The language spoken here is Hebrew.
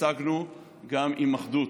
השגנו גם עם אחדות,